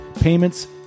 payments